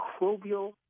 microbial